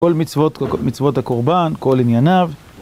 כל מצוות הקורבן, כל ענייניו